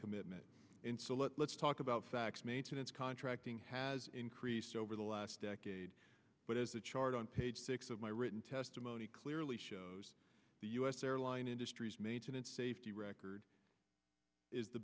commitment in so let's talk about facts maintenance contracting has increased over the last decade but as the chart on page six of my written testimony clearly shows the u s airline industry's maintenance safety record is the